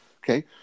Okay